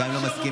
אין לכם בושה.